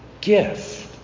gift